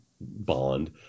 bond